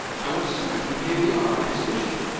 how absurd, when here we are on exhibition!